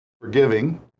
forgiving